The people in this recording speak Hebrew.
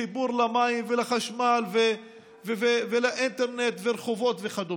חיבור למים, לחשמל ולאינטרנט, ורחובות וכדומה.